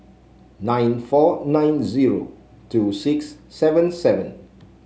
nine four nine zero two six seven seven